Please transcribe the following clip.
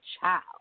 child